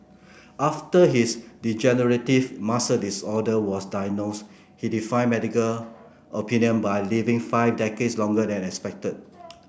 after his degenerative muscle disorder was diagnosed he defied medical opinion by living five decades longer than expected